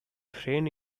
friend